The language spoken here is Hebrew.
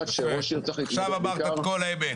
עכשיו אמרת את כל האמת.